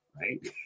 right